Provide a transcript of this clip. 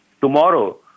Tomorrow